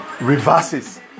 reverses